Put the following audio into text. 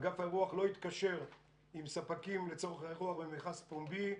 אגף האירוח לא התקשר עם ספקים לצורך האירוח במכרז פומבי.